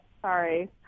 Sorry